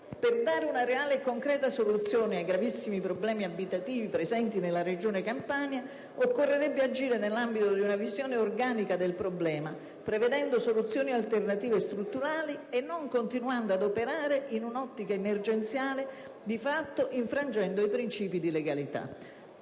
Per dare una reale e concreta soluzione ai gravissimi problemi abitativi presenti nella regione Campania, occorrerebbe agire nell'ambito di una visione organica del problema, prevedendo soluzioni alternative strutturali e non continuando ad operare in un'ottica emergenziale, di fatto infrangendo i principi di legalità.